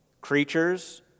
creatures